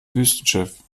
wüstenschiff